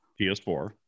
PS4